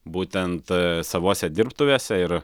būtent savose dirbtuvėse ir